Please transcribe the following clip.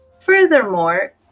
Furthermore